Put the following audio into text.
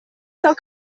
cent